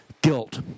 guilt